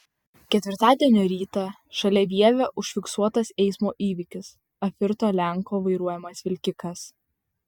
ketvirtadienio rytą šalia vievio užfiksuotas eismo įvykis apvirto lenko vairuojamas vilkikas